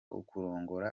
kurongora